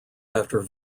after